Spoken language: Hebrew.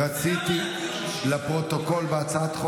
זה לא היה דיון אישי, דיון אישי.